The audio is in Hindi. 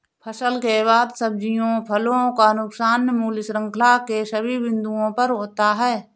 फसल के बाद सब्जियों फलों का नुकसान मूल्य श्रृंखला के सभी बिंदुओं पर होता है